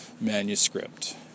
manuscript